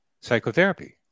psychotherapy